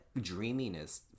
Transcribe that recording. dreaminess